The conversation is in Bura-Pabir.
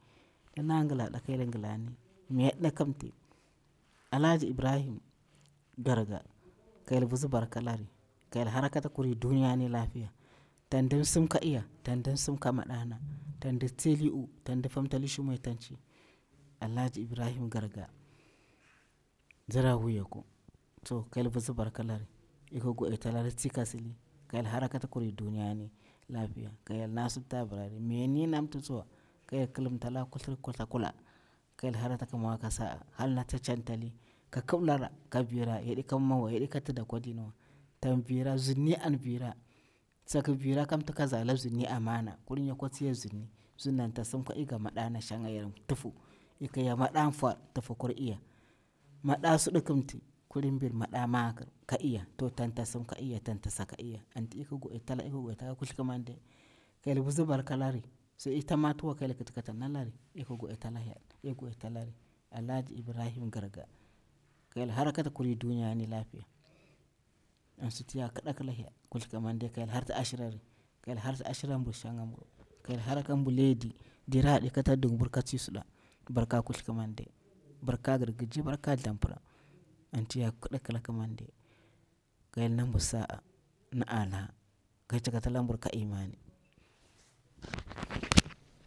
Mdina ngila ɗa ka Hyel ngilani, mayarɗa ƙi mti, Alhaji Ibrahim Garga ka Hyel vitsi barka lari, ka Hyel hara kata kuri duniya ni lafiya. Tan ndir sim ka iya, tandir sim ka maɗana, tan ndir tsaili uwu, tan ndir famtali shimuiyi nta ci. Alhaji Ibrahim Garga Zara wuyaku, to ka hyel visi barka lari ik gwaditi lari, tsi ka sili ka Hyel hara kata kuri duriyani lafiya ka hyel na sut ta barari mayarni na mti tsuwa ka Hyel kilimtala kuthur kutha kula, ka Hyel hara tak mwa ka sa'a, hal nati ta cantali ka kibilara ka vira, yaɗi ka mimma wa yaɗi ka tidawa kwadimwa, tan vira, bzirni zn vira tsaki vira ka mti ka zala bzirni amana, kulini yakwa tsiya bzirni, bzirni anta sim ka i ga madana shang yarn tufu, ik ya mada nfor ntufukur iya mada sudi kin mti kuling mbil mada makir ka iya to tang ka sim ka iya tanka sa ka iya anti ik goditala ik godita la kuthi kimande ka hyel visi barka lari suti ta i matiwa ka hyel kiti ka nalari ik go ita la hyel ik go ita lari Alaji Ibrahim Garga ka hyel hara kata kuri duniyani lafiya an suti ya kida kila hyel kuthi kimande ka harti ashirari ka hyel harti ashira mbur shanga bur ka hyel hara kambu liyi di dira hadi kata thumbur ka tsi suda ka barka kuthi kimamde barka girgiji barka thlampiram anti yar kida kila kimande ka Hyel nabu sa'a ni ana ka Hyel cikata lanbur ka imani.